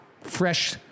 fresh